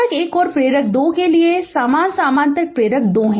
प्रेरक 1 और प्रेरक 2 के लिए समान समानांतर प्रेरक 2 हैं